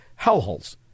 hellholes